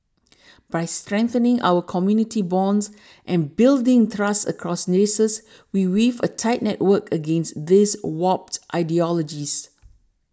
by strengthening our community bonds and building trust across races we weave a tight network against these warped ideologies